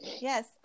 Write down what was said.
Yes